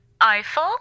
Eiffel